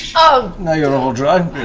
ah now you're all dry.